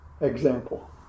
example